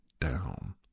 down